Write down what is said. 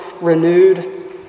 renewed